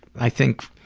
i think